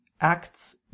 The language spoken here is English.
acts